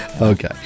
Okay